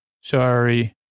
Sorry